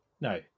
No